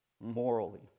morally